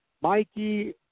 Mikey